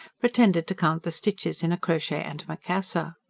pretended to count the stitches in a crochet-antimacassar.